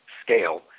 scale